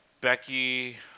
Becky